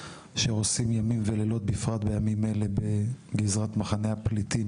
שעושים ימים ולילות ובפרט בימים אלו בגזרת מחנה הפליטים